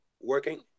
working